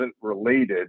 related